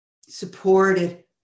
supported